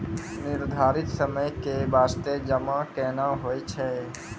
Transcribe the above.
निर्धारित समय के बास्ते जमा केना होय छै?